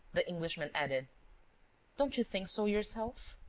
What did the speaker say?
the englishman added don't you think so yourself?